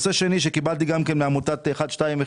נושא שני שקיבלתי גם כן מעמותת 121,